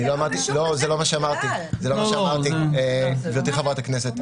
זה לא מה שאמרתי, חברת הכנסת.